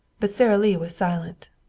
but sara lee was silent.